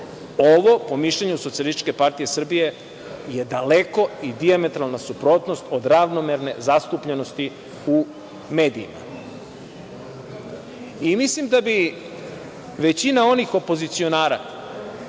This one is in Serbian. Ovo, po mišljenju SPS, je daleko i dijametralna suprotnost od ravnomerne zastupljenosti u medijima. Mislim da bi većina onih opozicionara